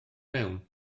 mewn